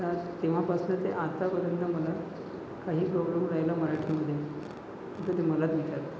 तर तेव्हापासनं ते आतापर्यंत मला काही प्रॉब्लेम राहिला मराठीमध्ये तर ते मलाच विचारतात